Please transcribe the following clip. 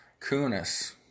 Kunis